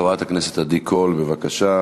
חברת הכנסת עדי קול, בבקשה.